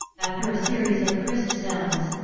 after a series of crisp sounds,